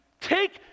take